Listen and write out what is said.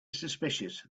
suspicious